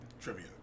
trivia